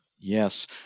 Yes